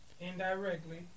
Indirectly